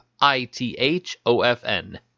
I-T-H-O-F-N